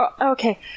Okay